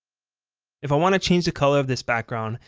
if i want to change the color of this background,